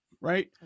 right